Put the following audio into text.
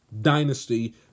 dynasty